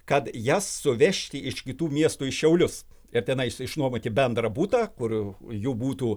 kad jas suvežti iš kitų miestų į šiaulius ir tenai išnuomoti bendrą butą kur jų būtų